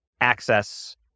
access